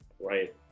Right